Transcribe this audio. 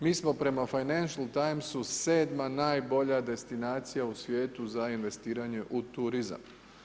Mi smo prema financial timesu 7. najbolja destinacija u svijetu za investiranje u turizam.